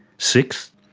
sixth,